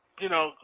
you know,